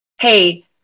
Hey